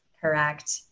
Correct